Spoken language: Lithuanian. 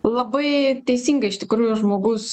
labai teisingai iš tikrųjų žmogus